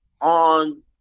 on